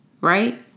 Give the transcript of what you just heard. Right